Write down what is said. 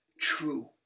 true